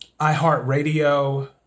iHeartRadio